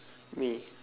me